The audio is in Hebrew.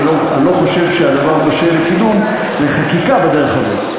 אני לא חושב שהדבר בשל לקידום לחקיקה בדרך הזאת.